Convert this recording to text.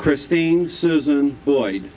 christine susan boy